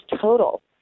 total